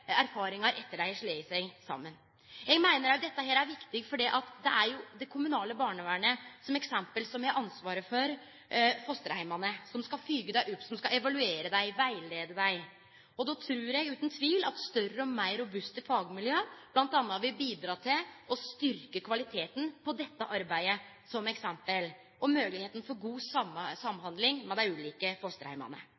erfaringar etter at dei har slått seg saman. Eg meiner at dette er viktig, fordi det er det kommunale barnevernet, som eit eksempel, som har ansvaret for fosterheimane, som skal følgje dei opp, evaluere dei og rettleie dei. Då meiner eg utan tvil at større og meir robuste fagmiljø bl.a. vil bidra til å styrkje kvaliteten på dette arbeidet, som eksempel, og moglegheita for god